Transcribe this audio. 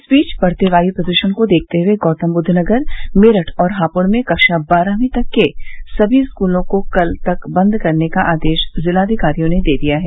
इस बीच बढ़ते वायु प्रदूषण को देखते हुए गौतमबुद्वनगर मेरठ और हापुड़ में कक्षा बारहवीं तक के सभी स्कूलों को कल तक बन्द करने का आदेश जिलाधिकारियों ने दिया है